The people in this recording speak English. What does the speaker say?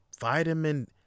Vitamin